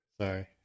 Sorry